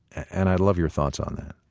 and i'd love your thoughts on that